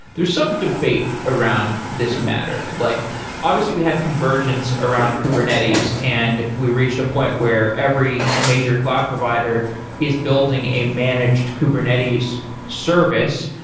there's some debate around this matter. like obviously we had convergence around kubernetes and we reached a point where every major cloud provider is building a managed kubernetes service.